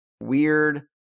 weird